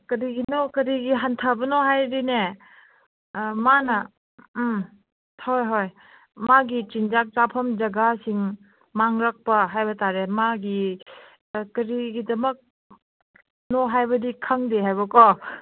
ꯀꯔꯤꯒꯤꯅꯣ ꯀꯔꯤꯒꯤ ꯍꯟꯊꯕꯅꯣ ꯍꯥꯏꯔꯗꯤꯅꯦ ꯃꯥꯅ ꯎꯝ ꯍꯣꯏ ꯍꯣꯏ ꯃꯥꯒꯤ ꯆꯤꯟꯖꯥꯛ ꯆꯥꯐꯝ ꯖꯒꯥꯁꯤꯡ ꯃꯥꯡꯂꯛꯄ ꯍꯥꯏꯕꯇꯥꯔꯦ ꯃꯥꯒꯤ ꯀꯔꯤꯒꯤꯗꯃꯛꯅꯣ ꯍꯥꯏꯕꯗꯤ ꯈꯪꯗꯦ ꯍꯥꯏꯕꯀꯣ